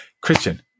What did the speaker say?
Christian